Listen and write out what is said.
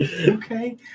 Okay